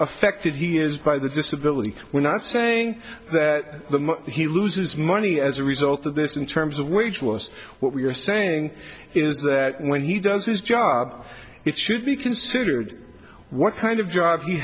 affected he is by the disability we're not saying that he loses money as a result of this in terms of wage was what we're saying is that when he does his job it should be considered what kind of job he